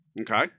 Okay